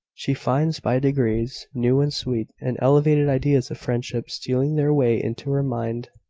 she finds, by degrees, new, and sweet, and elevated ideas of friendship stealing their way into her mind,